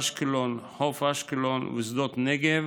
אשקלון, חוף אשקלון ושדות נגב